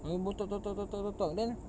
they both talk talk talk talk talk talk talk then